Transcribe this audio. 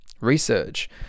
research